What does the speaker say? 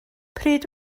pryd